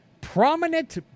prominent